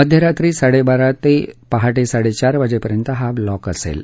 मध्यरात्री साडेबारा ते पहाटे साडेचार वाजेपर्यंत हा ब्लॉक असेल